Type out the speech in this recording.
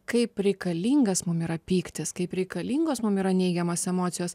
kaip reikalingas mum yra pyktis kaip reikalingos mum yra neigiamos emocijos